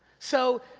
so,